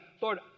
Lord